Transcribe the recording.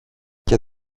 και